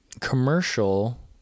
commercial